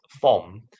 form